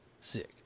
sick